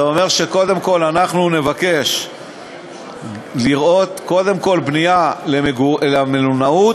זה אומר שאנחנו נבקש לראות קודם כול בנייה למלונאות,